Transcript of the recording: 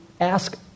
ask